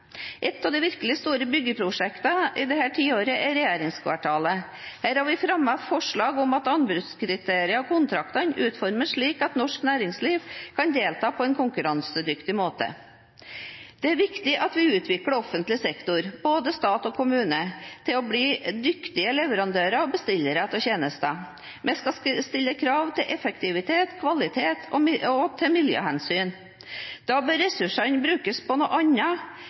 Et av de virkelig store byggeprosjektene det nærmeste tiåret er regjeringskvartalet. Her har vi fremmet forslag om at anbudskriteriene og kontraktene utformes slik at norsk næringsliv kan delta på en konkurransedyktig måte. Det er viktig at vi utvikler offentlig sektor, både stat og kommuner, til å bli dyktigere leverandører og bestillere av tjenester. Vi skal stille krav til effektivitet, kvalitet og miljøhensyn. Da bør ressursene brukes på noe